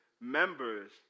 members